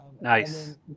Nice